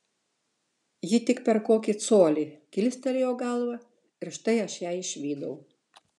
ji tik per kokį colį kilstelėjo galvą ir štai aš ją išvydau